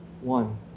One